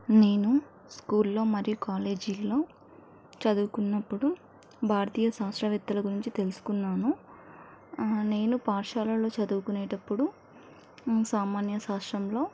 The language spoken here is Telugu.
నేను స్కూల్లో మరియు కాలేజీలో చదువుకున్నప్పుడు భారతీయ శాస్త్రవేత్తలు గురించి తెలుసుకున్నాను నేను పాఠశాలలో చదువుకునేటప్పుడు సామాన్య శాస్త్రంలో